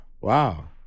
Wow